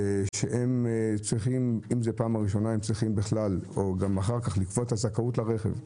שהן בפעם הראשונה והן בהמשך צריכים לקבוע את הזכאות לרכב.